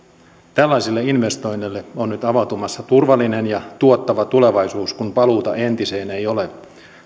tällaisille investoinneille on nyt avautumassa turvallinen ja tuottava tulevaisuus kun paluuta entiseen ei ole